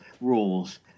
rules